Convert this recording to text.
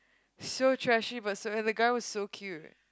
so trashy but so and the guy was so cute